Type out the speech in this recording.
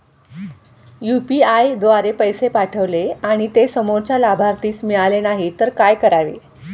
UPI द्वारे पैसे पाठवले आणि ते समोरच्या लाभार्थीस मिळाले नाही तर काय करावे?